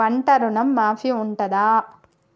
పంట ఋణం మాఫీ ఉంటదా?